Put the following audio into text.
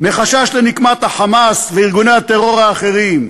מחשש לנקמת ה"חמאס" וארגוני הטרור האחרים.